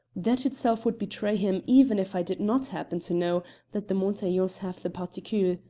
that itself would betray him even if i did not happen to know that the montaiglons have the particule.